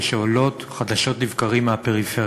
שעולות חדשות לבקרים בפריפריה,